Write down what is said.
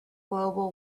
global